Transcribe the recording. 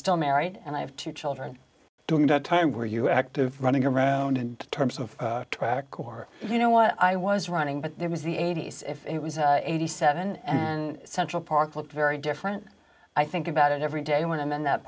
still married and i have two children during the time where you were running around in terms of traffic or you know what i was running but there was the eighty's if it was eighty seven and central park looked very different i think about it every day when i'm in that